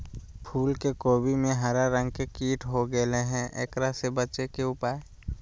फूल कोबी में हरा रंग के कीट हो गेलै हैं, एकरा से बचे के उपाय?